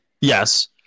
Yes